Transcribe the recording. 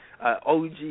OG